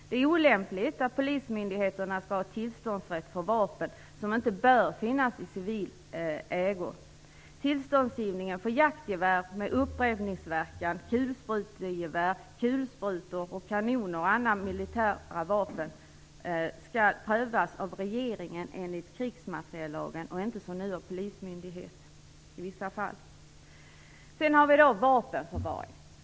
Det är olämpligt att polismyndigheterna skall ha tillståndsrätt för vapen som inte bör finnas i civil ägo. Tillståndsgivningen för jaktgevär med upprepningsverkan, kulsprutegevär, kulsprutor, kanoner och andra militära vapen skall prövas av regeringen enligt krigsmateriellagen och inte som nu av polismyndighet i vissa fall. Sedan har vi vapenförvaringen.